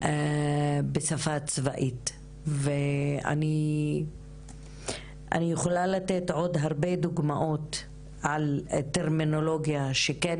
בשפה צבאית ואני יכולה לתת עוד הרבה דוגמאות על טרמינולוגיה שכן